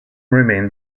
remained